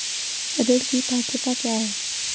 ऋण की पात्रता क्या है?